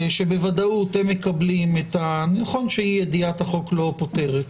שבוודאות הם מקבלים נכון שאי-ידיעת החוק לא פוטרת,